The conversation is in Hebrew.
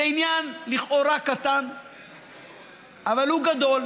זה עניין קטן לכאורה, אבל הוא גדול,